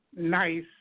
nice